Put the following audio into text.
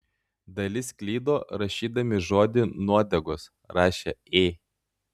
dalis klydo rašydami žodį nuodegos rašė ė